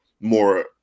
more